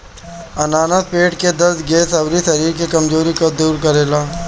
अनानास पेट के दरद, गैस, अउरी शरीर के कमज़ोरी के दूर करेला